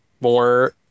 more